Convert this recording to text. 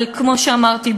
אבל כמו שאמרתי,